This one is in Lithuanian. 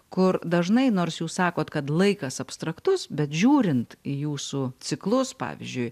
kur dažnai nors jūs sakot kad laikas abstraktus bet žiūrint į jūsų ciklus pavyzdžiui